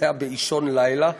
זה היה באישון לילה,